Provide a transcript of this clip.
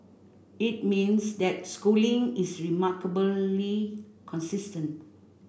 it means that Schooling is remarkably consistent